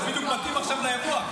זה בדיוק מתאים עכשיו לאירוע.